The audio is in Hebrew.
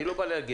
אני לא בא להגן,